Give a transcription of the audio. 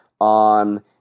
on